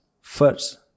First